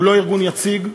הוא לא ארגון יציג,